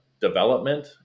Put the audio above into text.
development